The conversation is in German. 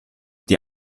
die